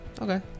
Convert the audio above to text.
Okay